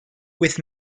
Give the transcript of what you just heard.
with